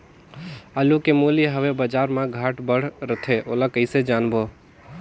आलू के मूल्य हवे बजार मा घाट बढ़ा रथे ओला कइसे जानबो?